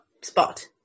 spot